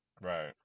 right